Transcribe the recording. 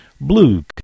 Blue